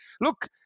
Look